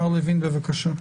מר לוין, בבקשה.